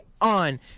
on